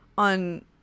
on